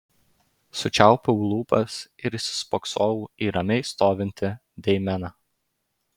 sučiaupiau lūpas ir įsispoksojau į ramiai stovintį deimeną